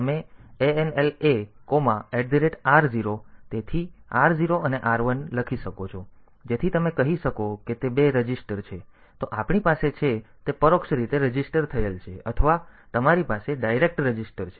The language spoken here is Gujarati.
તેથી તમે ANL AR0 તેથી R 0 અને R 1 લખી શકો છો જેથી તમે કહી શકો કે તે બે રજીસ્ટર છે તો આપણી પાસે છે તે પરોક્ષ રીતે રજીસ્ટર થયેલ છે અથવા તમારી પાસે ડાયરેક્ટ રજીસ્ટર છે